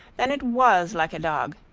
then it was like a dog.